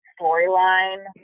storyline